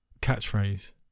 Catchphrase